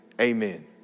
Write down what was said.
amen